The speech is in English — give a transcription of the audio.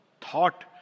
Thought